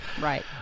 Right